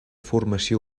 formació